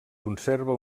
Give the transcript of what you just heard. conserva